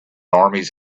armies